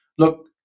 look